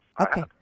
Okay